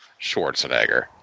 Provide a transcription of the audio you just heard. Schwarzenegger